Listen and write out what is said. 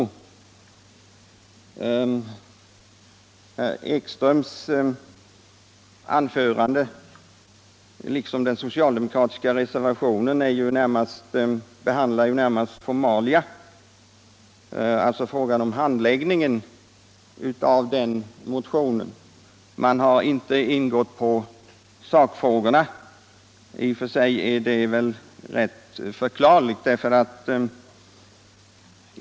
Herr Ekströms anförande liksom den socialdemokratiska reservationen behandlar närmast formaliteter, nämligen handläggningen av motionen. Man har inte gått in på sakfrågorna. I och för sig är det väl rätt förklarligt.